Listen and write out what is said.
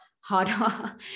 harder